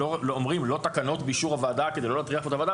אומרים לא תקנות באישור הוועדה כדי לא להטריח את הוועדה,